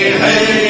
hey